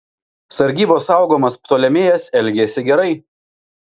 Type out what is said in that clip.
sargybos saugomas ptolemėjas elgėsi gerai